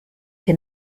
che